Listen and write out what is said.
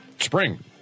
Spring